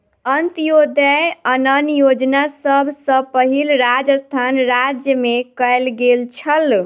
अन्त्योदय अन्न योजना सभ सॅ पहिल राजस्थान राज्य मे कयल गेल छल